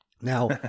Now